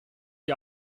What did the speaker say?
die